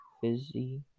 fizzy